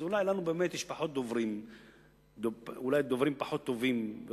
אז אולי לנו באמת יש דוברים פחות טובים,